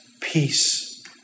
peace